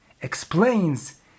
explains